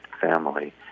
family